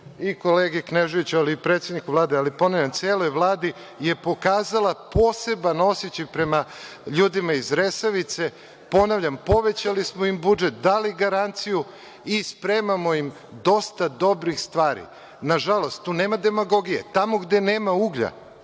i kolegi Kneževiću, ali i predsedniku Vlade, ali ponavljam celoj Vladi, je pokazala poseban osećaj prema ljudima iz „Resavice“.Ponavljam, povećali smo im budžet, dali garanciju i spremamo im dosta dobrih stvari. Nažalost, tu nema demagogije, tamo gde nema uglja,